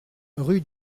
rue